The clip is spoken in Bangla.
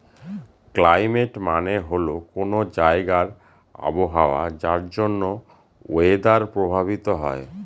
ক্লাইমেট মানে হল কোনো জায়গার আবহাওয়া যার জন্য ওয়েদার প্রভাবিত হয়